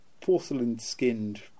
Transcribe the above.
porcelain-skinned